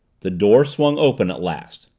the door swung open at last.